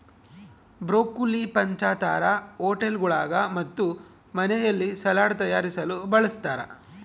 broccoli ಪಂಚತಾರಾ ಹೋಟೆಳ್ಗುಳಾಗ ಮತ್ತು ಮನೆಯಲ್ಲಿ ಸಲಾಡ್ ತಯಾರಿಸಲು ಬಳಸತಾರ